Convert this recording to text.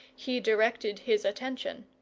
he directed his attention.